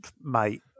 mate